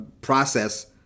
process